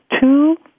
two